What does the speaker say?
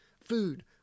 food